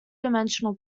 dimensional